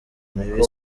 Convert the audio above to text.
mibi